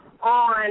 on